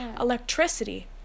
electricity